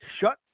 shut